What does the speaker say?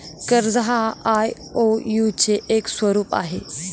कर्ज हा आई.ओ.यु चे एक स्वरूप आहे